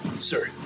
Sir